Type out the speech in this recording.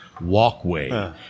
walkway